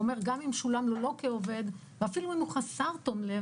הוא אומר: גם אם שולם לו לא כעובד ואפילו אם הוא חסר תום לב,